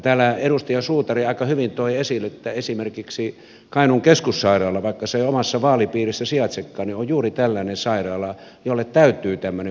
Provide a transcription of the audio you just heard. täällä edustaja suutari aika hyvin toi esille että esimerkiksi kainuun keskussairaala vaikkei se omassa vaalipiirissäni sijaitsekaan on juuri tällainen sairaala jolle täytyy tämmöinen poikkeamislupa antaa